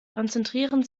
konzentrieren